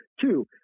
Two